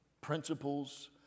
principles